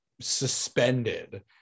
suspended